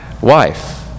wife